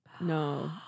No